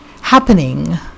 happening